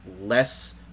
less